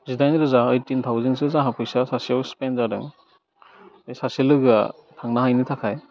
जिदाइन रोजा ओइटिन थाउजेनसो जोहा फैसा सासेयाव स्पेन्ड जादों बे सासे लोगोआ थांनो हायैनि थाखाय